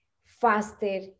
faster